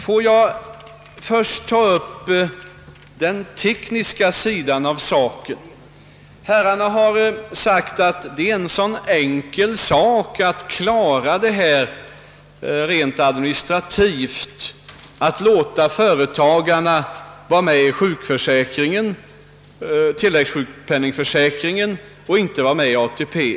Får jag först ta upp den tekniska sidan av saken. Herrarna har sagt att det är en så enkel sak att klara detta rent administrativt, att låta företagarna vara med i tilläggssjukpenningförsäkringen och inte vara med i ATP.